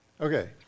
Okay